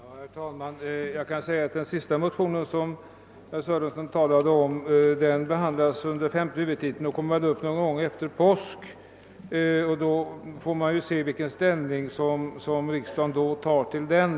Herr talman! Jag kan säga att den sista motionen som herr Sörenson talade om behandlas under femte huvudtiteln och kommer troligen upp till behandling någon gång efter påsk. Man får se vilken ställning riksdagen då tar till den.